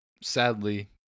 sadly